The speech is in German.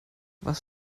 was